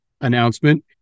announcement